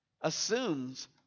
assumes